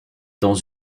dans